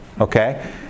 okay